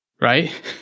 Right